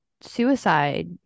suicide